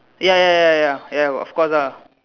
ya ya ya ya ya of course ah